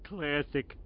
Classic